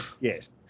Yes